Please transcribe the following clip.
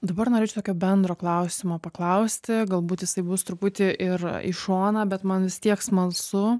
dabar norėčiau tokio bendro klausimo paklausti galbūt jisai bus truputį ir į šoną bet man vis tiek smalsu